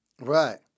Right